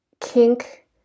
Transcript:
kink